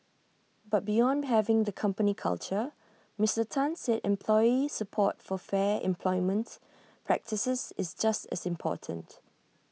but beyond having the company culture Mister Tan said employee support for fair employment practices is just as important